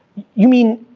you mean,